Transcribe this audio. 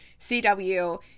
CW